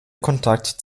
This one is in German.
kontakt